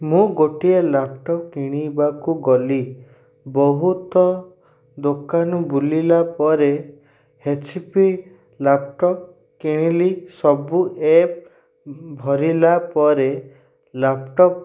ମୁଁ ଗୋଟିଏ ଲ୍ୟାପ୍ଟପ୍ କିଣିବାକୁ ଗଲି ବହୁତ ଦୋକାନ ବୁଲିଲା ପରେ ଏଚ୍ପି ଲ୍ୟାପ୍ଟପ୍ କିଣିଲି ସବୁ ଆପ୍ ଭରିଲା ପରେ ଲ୍ୟାପ୍ଟପ୍